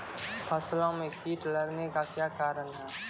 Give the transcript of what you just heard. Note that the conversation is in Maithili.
फसलो मे कीट लगने का क्या कारण है?